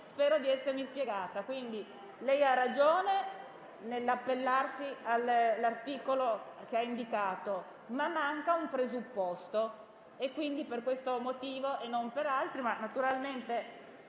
Spero di essermi spiegata. Lei ha ragione nell'appellarsi all'articolo che ha indicato, ma manca un presupposto.